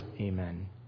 Amen